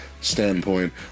standpoint